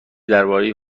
دربارهی